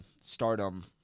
stardom